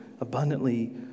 abundantly